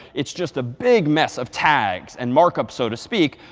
it's just a big mess of tags and markup so to speak.